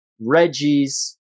Reggie's